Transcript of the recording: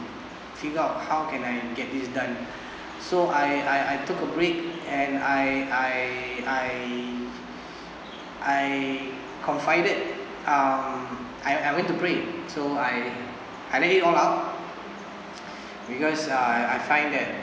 figure out how can I get this done so I I I took a break and I I I I confided um I I went to pray so I I let it all out because I I find that